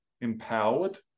empowered